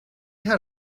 had